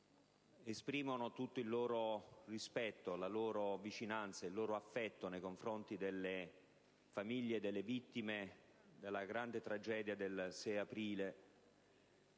esprimono tutto il loro rispetto, la loro vicinanza e il loro affetto nei confronti delle famiglie delle vittime della grande tragedia del 6 aprile